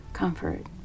comfort